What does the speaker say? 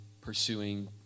pursuing